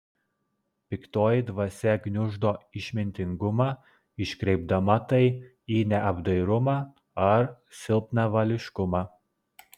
piktoji dvasia gniuždo išmintingumą iškreipdama tai į neapdairumą ar silpnavališkumą